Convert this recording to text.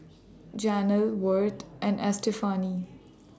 Janel Worth and Estefani